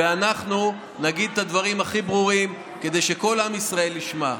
ואנחנו נגיד את הדברים הכי ברורים כדי שכל עם ישראל ישמע.